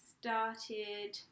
started